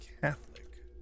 Catholic